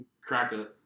cracker